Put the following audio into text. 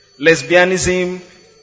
Lesbianism